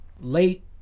Late